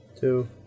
Two